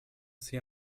see